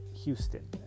Houston